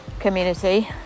Community